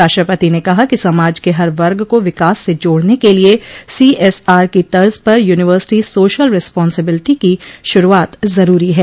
राष्ट्रपति ने कहा कि समाज के हर वर्ग को विकास से जोड़ने के लिये सीएसआर की तर्ज़ पर यूनिवर्सिटी सोशल रिसपॉन्सेबिलिटी की शुरूआत ज़रूरी है